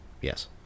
yes